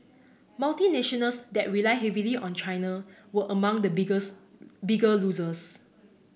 multinationals that rely heavily on China were among the bigger losers